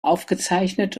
aufgezeichnet